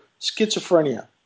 schizophrenia